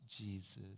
Jesus